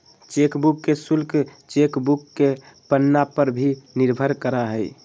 chequebook के शुल्क chequebook के पन्ना पर भी निर्भर करा हइ